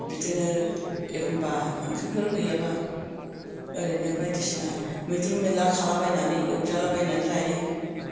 बिदिनो एखम्बा ओंख्रिफोर गैयाबा ओरैनो बायदिसिना मैद्रु मैला खाला बायनानै एवजाला बायनानै जायो